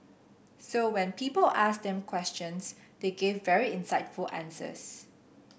so when people asked them questions they gave very insightful answers